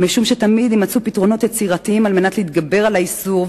משום שתמיד יימצאו פתרונות יצירתיים על מנת להתגבר על האיסור,